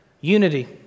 Unity